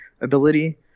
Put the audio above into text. ability